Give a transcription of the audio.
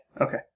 okay